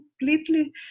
completely